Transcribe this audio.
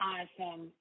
Awesome